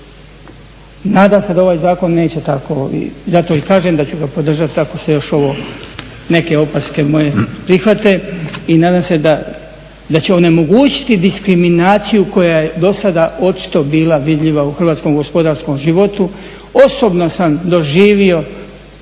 Nadam se da ovaj zakon neće tako, zato i kažem da ću ga podržati, ako se još ovo, neke opaske moje prihvate i nadam se da će onemogućiti diskriminaciju koja je do sada očito bila vidljiva u hrvatskom gospodarskom životu, osobno sam doživio,